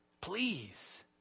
please